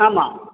ஆமாம்